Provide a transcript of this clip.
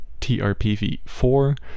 trpv4